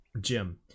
jim